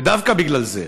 ודווקא בגלל זה,